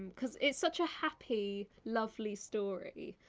cause it's such a happy, lovely story.